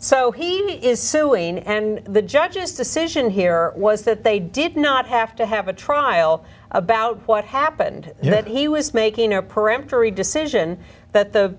so he is suing and the judge's decision here was that they did not have to have a trial about what happened that he was making a peremptory decision that the